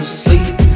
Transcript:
sleep